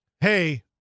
Hey